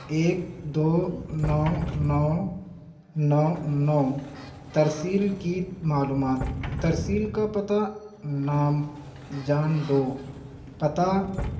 ایک دو نو نو نو نو ترسیل کی معلومات ترسیل کا پتہ نام جان ڈو پتہ